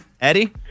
Eddie